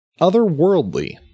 otherworldly